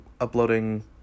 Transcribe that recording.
uploading